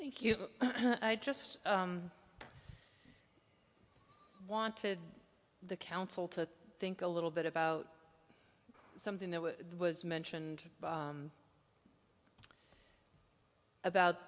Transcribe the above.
thank you i just wanted the council to think a little bit about something that was mentioned about